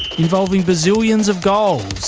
involving bazillions of goals.